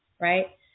right